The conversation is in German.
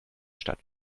stadt